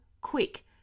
quick